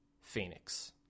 Phoenix